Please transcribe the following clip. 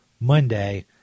Monday